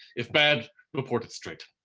if bad, report it straight.